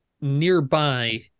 nearby